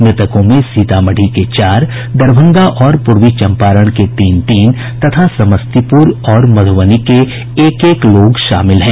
मृतकों में सीतामढ़ी के चार दरभंगा और पूर्वी चंपारण के तीन तीन तथा समस्तीपूर और मध्बनी के एक एक लोग शामिल हैं